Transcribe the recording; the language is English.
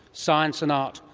science and art,